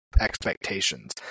expectations